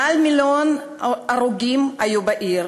למעלה ממיליון הרוגים היו בעיר.